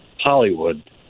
Hollywood